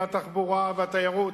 ומשרדי התחבורה והתיירות,